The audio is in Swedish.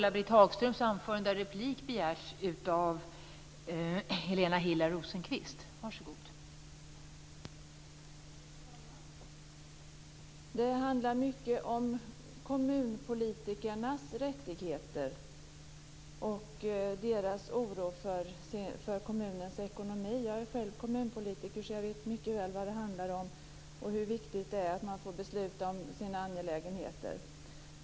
Fru talman! Det handlar mycket om kommunpolitikernas rättigheter och deras oro för kommunens ekonomi. Jag är själv kommunpolitiker, så jag vet mycket väl vad det handlar om och hur viktigt det är att man får besluta om sina angelägenheter.